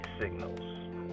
signals